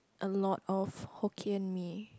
a lot of Hokkien-Mee